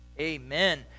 amen